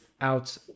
out